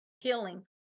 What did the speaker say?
healing